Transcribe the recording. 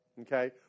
okay